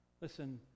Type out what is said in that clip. Listen